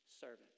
servant